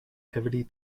heavily